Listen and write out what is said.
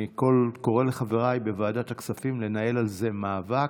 אני קורא לחבריי בוועדת הכספים לנהל על זה מאבק.